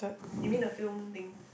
you mean the film thing